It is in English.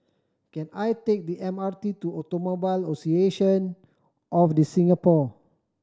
can I take the M R T to Automobile Association of The Singapore